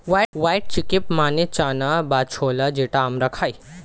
white chickpea মানে চানা বা ছোলা যেটা আমরা খাই